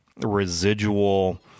residual